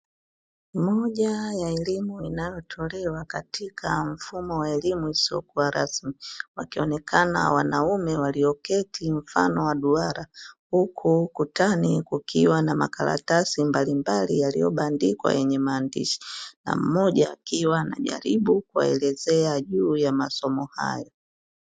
Moja ya elimu inayo tolewa katika mfumo wa elimu isiyo kuwa rasmi, wakionekana wanaume walio keti mfano wa duara. Huku ukutani kukiwa na makaratasi mbalimbali, yaliyo bandikwa yenye maandishi na mmoja akiwa anajaribu kuwaelezea juu ya masomo yao.